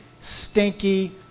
stinky